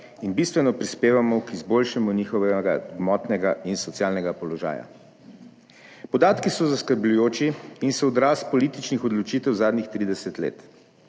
in bistveno prispevamo k izboljšanju njihovega gmotnega in socialnega položaja. Podatki so zaskrbljujoči in so odraz političnih odločitev zadnjih 30 let,